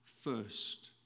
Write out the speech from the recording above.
first